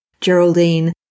Geraldine